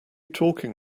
talking